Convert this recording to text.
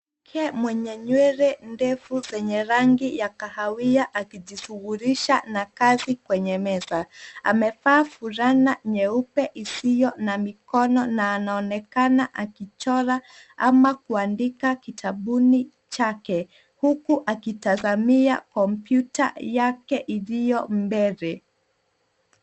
Mke mwenye nywele ndefu za rangi ya kahawia akijishughulisha na kazi kwenye meza. Amevaa fulana nyeupe isiyo na mikono na anaonekana akichora au kuandika kitabuni chake huku akitazamia kompyuta yake iliyo mbele.